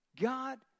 God